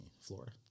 Florida